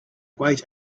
wait